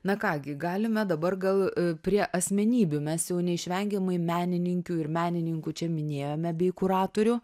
na ką gi galime dabar gal prie asmenybių mes jau neišvengiamai menininkių ir menininkų čia minėjome bei kuratorių